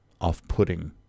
off-putting